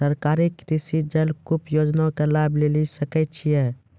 सरकारी कृषि जलकूप योजना के लाभ लेली सकै छिए?